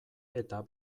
eta